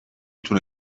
تونه